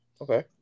Okay